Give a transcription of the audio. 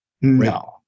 No